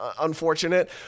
unfortunate